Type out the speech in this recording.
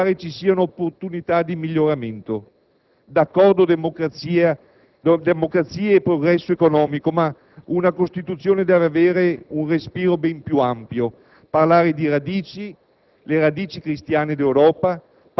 né, vista la risoluzione, pare ci siano opportunità di miglioramento. D'accordo sulla democrazia e sul progresso economico, ma una Costituzione deve avere un respiro ben più ampio, deve parlare di radici,